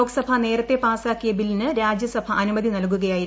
ലോക്സഭ നേരത്തെ പാസ്സാക്കിയ ബില്ലിന് രാജ്യസഭ അനുമതി നൽകുകയായിരുന്നു